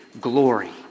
glory